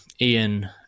Ian